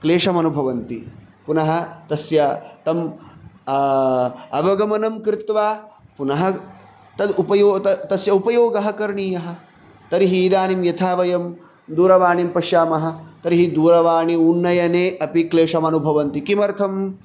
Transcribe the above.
क्लेशमनुभवन्ति पुनः तस्य तं अवगमनं कृत्वा पुनः तद् उपयो तत् तस्य उपयोगः करणीयः तर्हि इदानीं यथा वयं दूरवाणीं पश्यामः तर्हि दूरवाणी उन्नयने अपि क्लेशमनुभवन्ति किमर्थम्